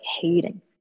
hating